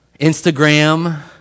Instagram